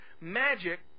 Magic